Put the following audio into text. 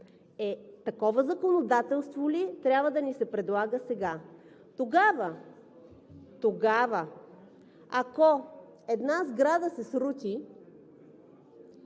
такова законодателство ли трябва да ни се предлага сега? Тогава, ако една сграда се срути